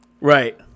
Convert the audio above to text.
Right